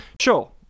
Sure